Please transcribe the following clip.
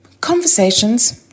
conversations